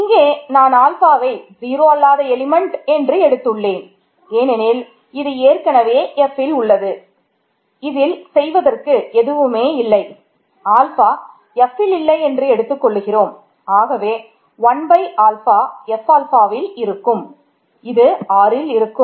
இங்கே நான் ஆல்ஃபாவை இருக்கும்